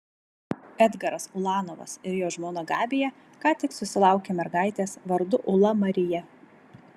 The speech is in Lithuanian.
edgaras ulanovas ir jo žmona gabija ką tik susilaukė mergaitės vardu ūla marija